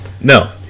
No